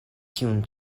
tiun